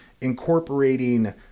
incorporating